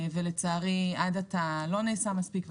לצערי עד עתה לא נעשה מספיק,